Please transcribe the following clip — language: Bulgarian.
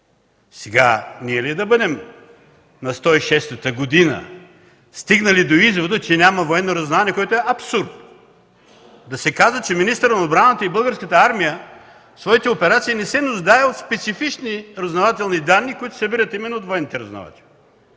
Сега, ние ли да бъдем – на сто и шестата година, стигнали до извода, че няма военно разузнаване, което е абсурд, и да се казва, че министърът на отбраната и Българската армия в своите операции не се нуждае от специфични разузнавателни данни, които се събират именно от военното разузнаване.